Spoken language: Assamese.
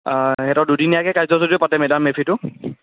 সিহঁতৰ দুদিনীয়াকৈ কাৰ্যসূচী পাতে মে ডাম মে ফিটো